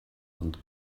und